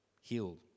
healed